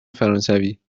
فرانسوی